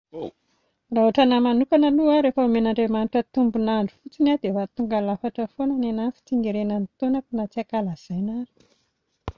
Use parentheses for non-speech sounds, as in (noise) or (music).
(noise) Raha ohatranà manokana aloha rehefa omen'Andriamanitra tombon'andro fotsiny aho dia efa tonga lafatra foana ny anà ny fitsingerenan'ny taona na tsy ankalazaina ary.